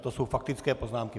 To jsou faktické poznámky.